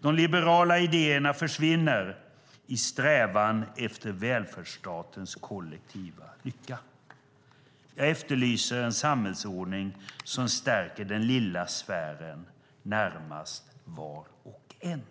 De liberala idéerna försvinner i strävan efter välfärdsstatens kollektiva lycka. Jag efterlyser en samhällsordning som stärker den lilla sfären närmast var och en.